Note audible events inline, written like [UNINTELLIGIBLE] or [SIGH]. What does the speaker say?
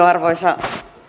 [UNINTELLIGIBLE] arvoisa